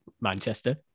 Manchester